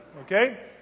Okay